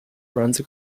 runs